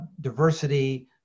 diversity